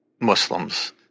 Muslims